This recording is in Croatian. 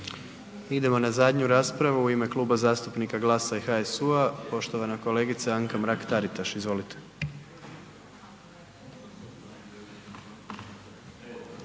poštovanom kolegi Batiniću. U ime Kluba zastupnika GLAS-a i HSU-a poštovana kolegice Anka Mrak Taritaš. Izvolite.